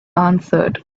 answered